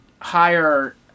higher